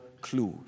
clues